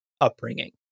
upbringing